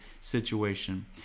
situation